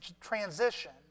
transition